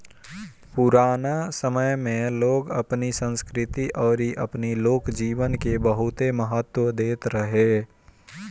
पुराना समय में लोग अपनी संस्कृति अउरी अपनी लोक जीवन के बहुते महत्व देत रहे